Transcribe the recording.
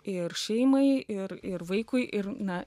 ir šeimai ir ir vaikui ir na